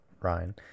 Ryan